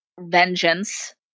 vengeance